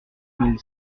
mille